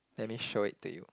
let me show it to you